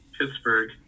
Pittsburgh